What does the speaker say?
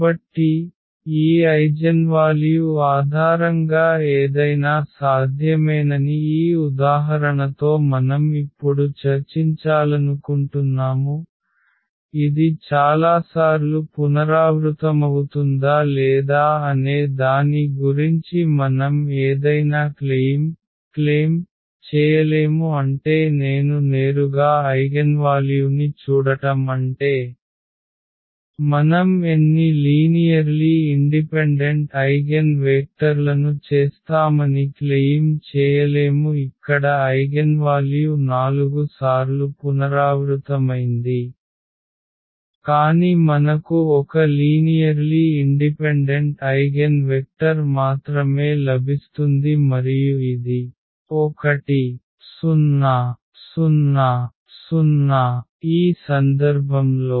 కాబట్టి ఈ ఐజెన్వాల్యూ ఆధారంగా ఏదైనా సాధ్యమేనని ఈ ఉదాహరణతో మనం ఇప్పుడు చర్చించాలనుకుంటున్నాము ఇది చాలాసార్లు పునరావృతమవుతుందా లేదా అనే దాని గురించి మనం ఏదైనా క్లెయిమ్ చేయలేము అంటే నేను నేరుగా ఐగెన్వాల్యూని చూడటం అంటే మనం ఎన్ని లీనియర్లీ ఇండిపెండెంట్ ఐగెన్వేక్టర్లను చేస్తామని క్లెయిమ్ చేయలేము ఇక్కడ ఐగెన్వాల్యూ 4 సార్లు పునరావృతమైంది కాని మనకు ఒక లీనియర్లీ ఇండిపెండెంట్ ఐగెన్వెక్టర్ మాత్రమే లభిస్తుంది మరియు ఇది 1 0 0 0 ఈ సందర్భంలో